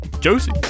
Josie